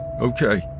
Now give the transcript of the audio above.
okay